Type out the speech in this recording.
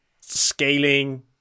scaling